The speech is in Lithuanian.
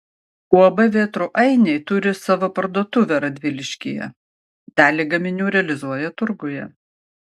uab vėtrų ainiai turi savo parduotuvę radviliškyje dalį gaminių realizuoja turguje